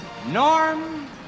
Norm